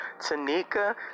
Tanika